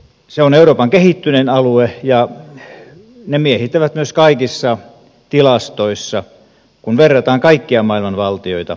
se on euroopan kehittynein alue ja nämä pohjoismaat miehittävät kaikissa tilastoissa ne kärkipaikat kun verrataan kaikkia maailman valtioita